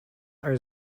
are